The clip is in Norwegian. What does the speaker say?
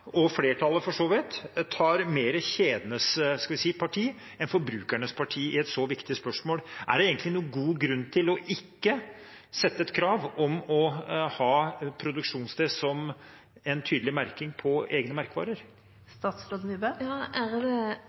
og flertallet, for så vidt – mer tar kjedenes enn forbrukernes parti i et så viktig spørsmål. Er det egentlig noen god grunn til ikke å stille et krav om å ha produksjonssted som en tydelig merking på egne merkevarer?